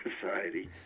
society